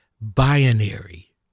binary